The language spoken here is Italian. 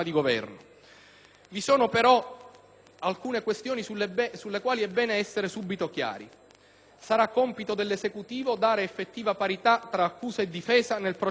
Vi sono però alcune questioni sulle quali è bene essere da subito chiari. Sarà compito dell'Esecutivo dare effettiva parità tra accusa e difesa nel processo penale